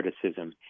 criticism